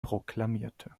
proklamierte